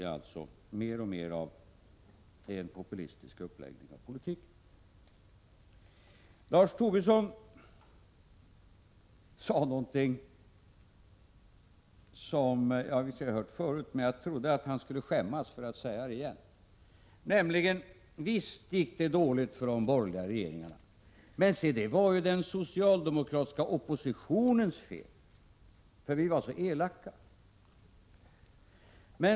Nu blir det mer och mer fråga om en populistisk uppläggning av politiken. Lars Tobisson sade någonting som jag visserligen har hört förut men som jag trodde att han skulle skämmas för att säga igen, nämligen: Visst gick det dåligt för de borgerliga regeringarna, men det var den socialdemokratiska oppositionens fel, därför att vi var så elaka!